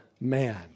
man